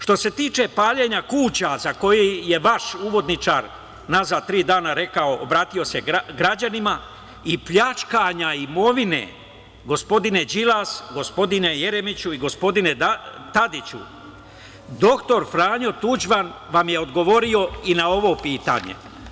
Što se tiče paljenja kuća, za koje je vaš uvodničar unazad tri dana rekao, i obratio se građanima i pljačkanja imovine, gospodine Đilas, gospodine Jeremiću i gospodine Tadiću, doktor Franjo Tuđman, vam je odgovorio i na ovo pitanje.